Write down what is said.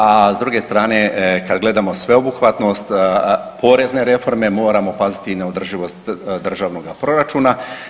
A s druge strane kad gledamo sveobuhvatnost porezne reforme moramo paziti i na održivost državnoga proračuna.